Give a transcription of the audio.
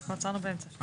אנחנו עצרנו באמצע.